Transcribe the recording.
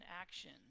action